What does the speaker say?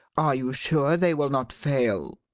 are you sure they will not fail?